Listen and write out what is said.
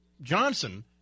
Johnson